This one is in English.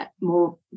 more